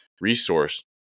resource